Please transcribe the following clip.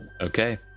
Okay